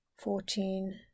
fourteen